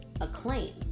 acclaim